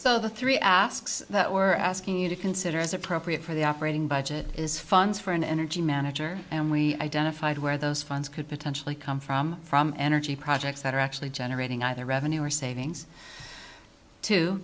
so the three asks that we're asking you to consider as appropriate for the operating budget is funds for an energy manager and we identified where those funds could potentially come from from energy projects that are actually generating either revenue or savings to